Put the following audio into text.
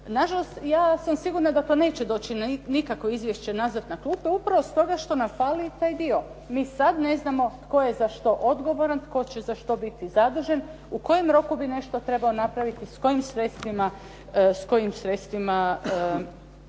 Nažalost, ja sam sigurna da to neće doći nikako izvješće nazad na klupe upravo stoga što nam fali taj dio. Mi sad ne znamo tko je za što odgovoran, tko će za što biti zadužen, u kojem roku bi nešto trebao napraviti, s kojim sredstvima